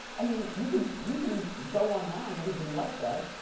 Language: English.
i mean you can you can go online. everybody else does.